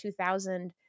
2000